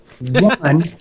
One